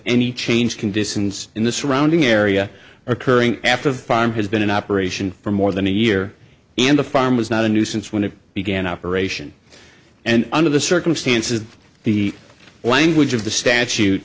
any change conditions in the surrounding area are occurring after farm has been in operation for more than a year and a farm is not a nuisance when it began operation and under the circumstances the language of the statute